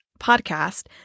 podcast